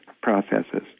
processes